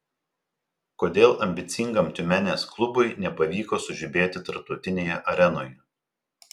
kodėl ambicingam tiumenės klubui nepavyko sužibėti tarptautinėje arenoje